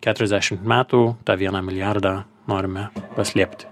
keturiasdešimt metų tą vieną milijardą norime paslėpti